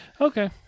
Okay